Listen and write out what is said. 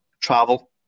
travel